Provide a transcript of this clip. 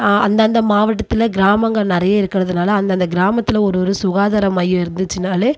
அந்தந்த மாவட்டத்தில் கிராமங்க நிறைய இருக்கறதுனால் அந்தந்த கிராமத்தில் ஒரு ஒரு சுகாதார மையம் இருந்துச்சினால்